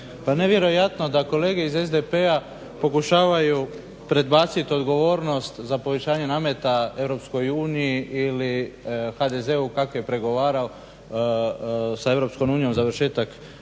nevjerojatno da kolege iz SDP-a pokušavaju prebaciti odgovornost za povećanje nameta EU ili HDZ-u kako je pregovarao sa EU završetak